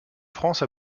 france